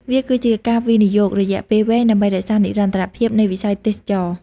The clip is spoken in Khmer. វាគឺជាការវិនិយោគរយៈពេលវែងដើម្បីរក្សានិរន្តរភាពនៃវិស័យទេសចរណ៍។